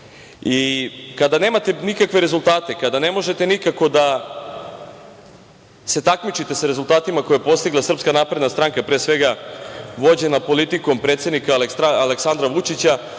nemate nikakve rezultate, kada ne možete nikako da se takmičite sa rezultatima koje je postigla SNS, pre svega vođena politikom predsednika Aleksandra Vučića,